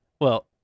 Well-